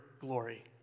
glory